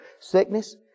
sickness